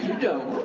don't.